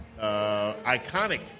iconic